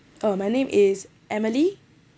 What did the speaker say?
my name is emily